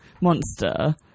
monster